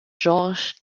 georges